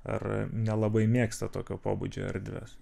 ar nelabai mėgsta tokio pobūdžio erdves